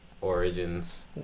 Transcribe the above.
Origins